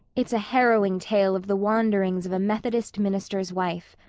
it's a harrowing tale of the wanderings of a methodist minister's wife.